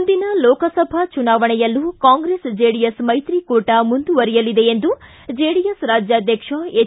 ಮುಂದಿನ ಲೋಕಸಭಾ ಚುನಾವಣೆಯಲ್ಲೂ ಕಾಂಗ್ರೆಸ್ ಜೆಡಿಎಸ್ ಮ್ಹೆತ್ರಿಕೂಟ ಮುಂದುವರೆಯಲಿದೆ ಎಂದು ಜೆಡಿಎಸ್ ರಾಜ್ನಾಧ್ಯಕ್ಷ ಹೆಚ್